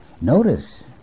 Notice